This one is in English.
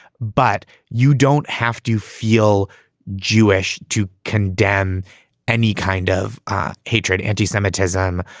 but you don't have to feel jewish to condemn any kind of hatred, anti-semitism,